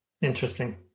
Interesting